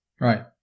Right